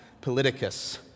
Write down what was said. politicus